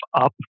up